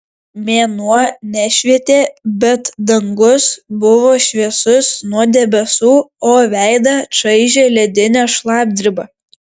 mėnuo nešvietė bet dangus buvo šviesus nuo debesų o veidą čaižė ledinė šlapdriba